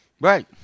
Right